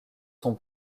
son